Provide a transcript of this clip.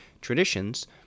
traditions